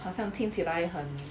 好像听起来很